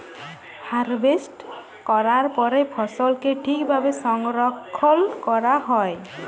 harvest ক্যরার পরে ফসলকে ঠিক ভাবে সংরক্ষল ক্যরা হ্যয়